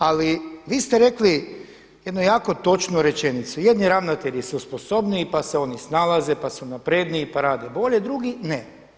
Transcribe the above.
Ali vi ste rekli jednu jako točnu rečenicu – jedni ravnatelji su sposobniji, pa se oni snalaze, pa su napredniji, pa rade bolje, a drugi ne.